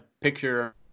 picture